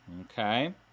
Okay